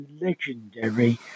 legendary